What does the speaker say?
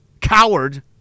coward